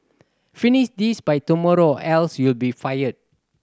finish this by tomorrow else you'll be fired